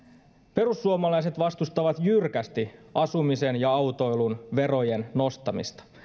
perussuomalaiset vastustavat jyrkästi asumisen ja autoilun verojen nostamista